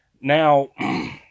Now